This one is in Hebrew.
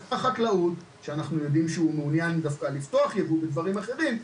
שר החקלאות שאנחנו יודעים שהוא מעוניין דווקא לפתוח ייבוא בדברים אחרים,